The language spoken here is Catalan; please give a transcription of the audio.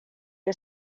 que